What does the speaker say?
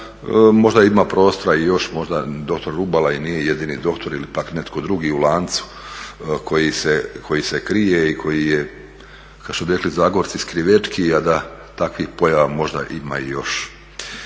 možda ima prostora i još možda dr. Rubala i nije jedini doktor ili pak netko drugi u lancu koji se krije i koji je kao što bi rekli Zagorci skrivečki, a da takvih pojava možda ima i još.